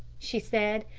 she said.